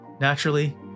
Naturally